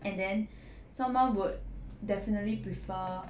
and then someone would definitely prefer